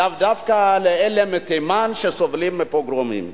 לאו דווקא לאלה מתימן שסובלים מפוגרומים.